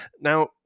Now